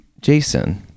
Jason